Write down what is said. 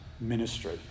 ministry